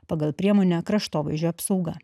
pagal priemonę kraštovaizdžio apsauga